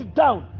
down